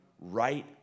right